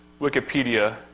Wikipedia